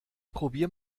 probier